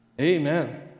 amen